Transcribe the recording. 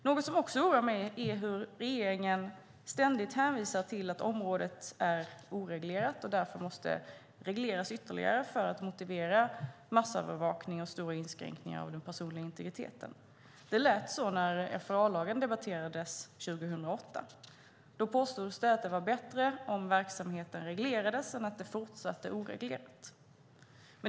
Något som också oroar mig är hur regeringen ständigt hänvisar till att området är oreglerat och därför måste regleras ytterligare för att motivera massövervakning och stora inskränkningar av den personliga integriteten. Det lät likadant när FRA-lagen debatterades 2008. Då påstods det att var bättre om verksamheten reglerades än att den fortsatte oreglerat.